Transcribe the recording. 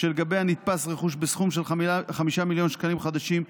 שלגביה נתפס רכוש בסכום של 5 מיליון שקלים חדשים,